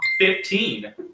Fifteen